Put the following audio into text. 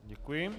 Děkuji.